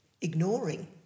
ignoring